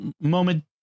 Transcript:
moment